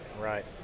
Right